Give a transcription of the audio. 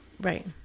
Right